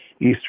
east